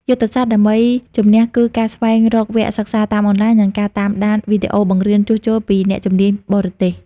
យុទ្ធសាស្ត្រដើម្បីជំនះគឺការស្វែងរកវគ្គសិក្សាតាមអនឡាញ និងការតាមដានវីដេអូបង្រៀនជួសជុលពីអ្នកជំនាញបរទេស។